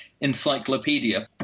encyclopedia